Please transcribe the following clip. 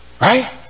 right